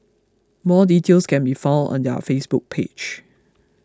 more details can be found on their Facebook page